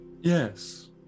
Yes